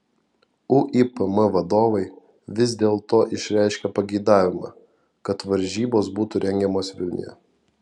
uipm vadovai vis dėlto išreiškė pageidavimą kad varžybos būtų rengiamos vilniuje